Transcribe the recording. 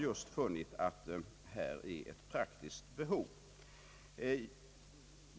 De har funnit att det föreligger ett praktiskt behov av en sådan förhandlingsrätt som här diskuteras.